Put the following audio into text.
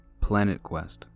PlanetQuest